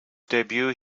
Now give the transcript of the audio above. debut